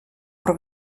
про